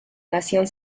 nación